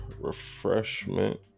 refreshment